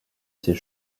ses